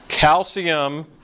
Calcium